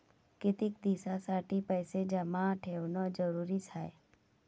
कितीक दिसासाठी पैसे जमा ठेवणं जरुरीच हाय?